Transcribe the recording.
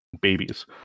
babies